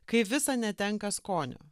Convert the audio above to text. kai visa netenka skonio